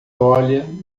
olha